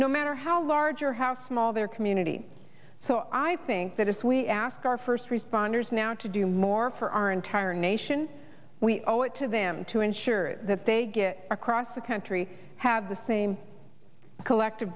no matter how large or how small their community so i think that if we ask our first responders now to do more for our entire nation we owe it to them to ensure that they across the country have the same collective